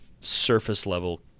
surface-level